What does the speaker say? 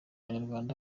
abanyarwanda